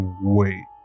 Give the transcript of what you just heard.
wait